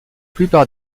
plupart